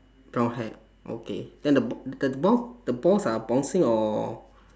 brown hair okay then the ba~ the ball the balls are bouncing or